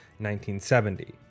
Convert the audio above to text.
1970